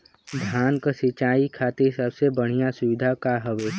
धान क सिंचाई खातिर सबसे बढ़ियां सुविधा का हवे?